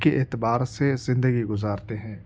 کے اعتبار سے زندگی گزارتے ہیں